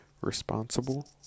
responsible